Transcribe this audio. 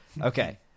Okay